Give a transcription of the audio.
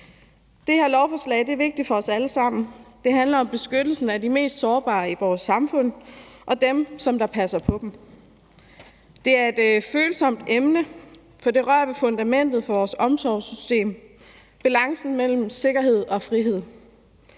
Det her lovforslag er vigtigt for os alle sammen, det handler om beskyttelse af de mest sårbare i vores samfund og dem, som passer på dem. Det er et følsomt emne, for det rører ved fundamentet for vores omsorgssystem, balancen mellem sikkerhed og frihed.